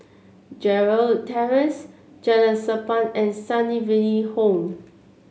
Gerald Terrace Jalan Sappan and Sunnyville Home